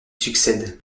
succède